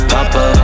Papa